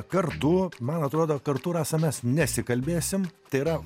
kartu man atrodo kartu rasa mes nesikalbėsim tai yra